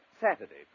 Saturday